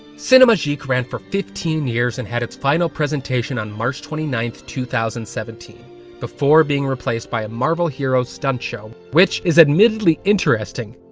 cinemagique ran for fifteen years and had its final presentation on march twenty nine, two thousand and seventeen before being replaced by a marvel heroes stunt show, which is admittedly interesting.